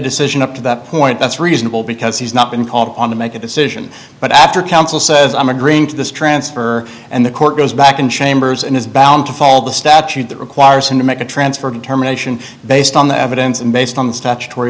decision up to that point that's reasonable because he's not been called on to make a decision but after counsel says i'm agreeing to this transfer and the court goes back in chambers and it's bound to fall the statute that requires him to make a transfer determination based on the evidence and based on the statutory